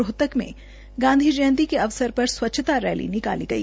रोहतक में गांधी जयंती के अवसर पर स्व्च्छता रैली निकाली गई